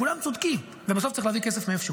כולם צודקים, ובסוף צריך להביא כסף מאיפשהו.